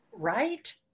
Right